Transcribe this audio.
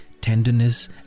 tenderness